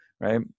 Right